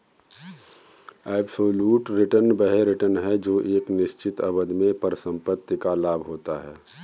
absolute return वह return है जो एक निश्चित अवधि में परिसंपत्ति का लाभ होता है